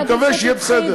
אני מקווה שיהיה בסדר.